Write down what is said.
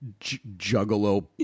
juggalo